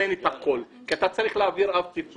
את הכול כי אתה צריך להעביר אב-טיפוס,